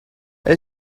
html